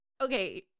okay